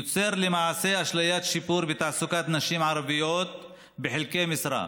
יוצר למעשה אשליית שיפור בתעסוקת נשים ערביות בחלקי משרה.